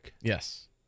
Yes